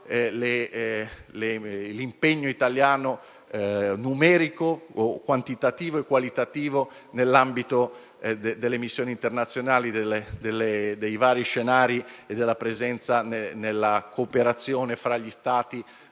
l'impegno italiano, quantitativo e qualitativo, nell'ambito delle missioni internazionali, dei vari scenari e della presenza nella cooperazione fra gli Stati